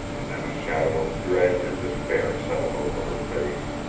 and then a shadow of dread and despair settled over her face.